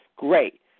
Great